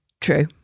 True